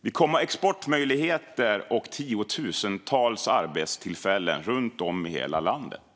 Vi kommer att ha exportmöjligheter och tiotusentals arbetstillfällen runt om i hela landet.